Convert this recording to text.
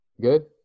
Good